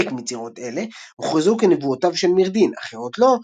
חלק מיצירות אלה הוכרזו כנבואותיו של מירדין; אחרות לא,